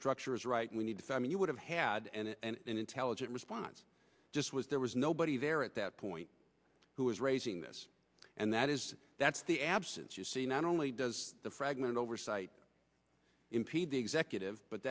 structure is right and we need to find you would have had and an intelligent response just was there was nobody there at that point who is raising this and that is that's the absence you see not only does the fragment oversight impede the executive but